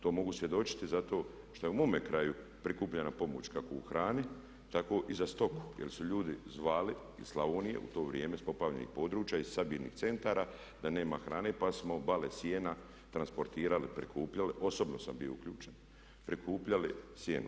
To mogu svjedočiti zato što je u mojemu kraju prikupljena pomoć kako u hrani tako i za stoku jer su ljudi zvali, iz Slavonije u to vrijeme s poplavljenih područja, iz sabirnih centara da nema hrane pa smo bale sijena transportirali, prikupljali, osobno sam bio uključen, prikupljali sijeno.